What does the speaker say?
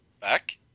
back